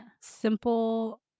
Simple